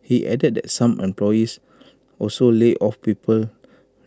he added that some employees also lay off people